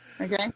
Okay